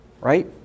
Right